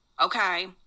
okay